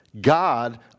God